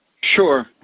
Sure